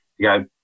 go